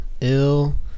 ill